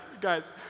guys